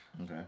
Okay